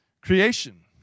creation